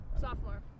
Sophomore